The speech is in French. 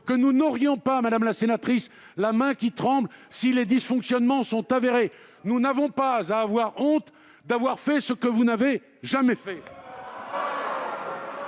que nous n'aurons pas la main qui tremble si les dysfonctionnements sont avérés. Nous n'avons pas à avoir honte d'avoir fait ce que vous n'avez jamais fait